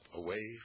away